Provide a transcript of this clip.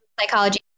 Psychology